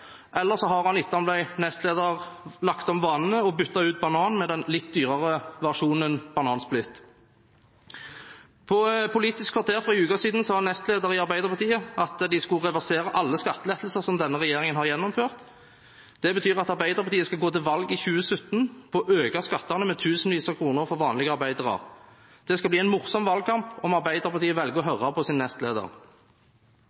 eller så har han etter at han ble nestleder, lagt om vanene og byttet ut banan med den litt dyrere versjonen banansplitt. I Politisk kvarter for en uke siden sa nestleder i Arbeiderpartiet at de skulle reversere alle skattelettelser denne regjeringen har gjennomført. Det betyr at Arbeiderpartiet skal gå til valg i 2017 på å øke skattene med tusenvis av kroner for vanlige arbeidere. Det skal bli en morsom valgkamp om Arbeiderpartiet velger å